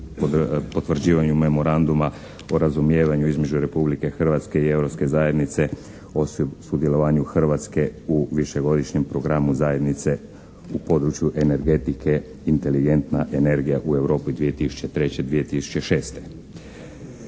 potvrđivanju Memoranduma o razumijevanju između Republike Hrvatske i Europske zajednice o sudjelovanju Hrvatske u višegodišnjem programu zajednice u području energetike "Inteligentna energija u Europi 2003./2006.".